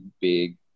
big